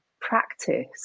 practice